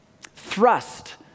thrust